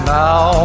now